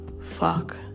fuck